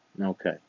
Okay